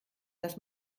dass